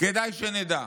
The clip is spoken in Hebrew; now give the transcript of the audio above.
כדאי שנדע: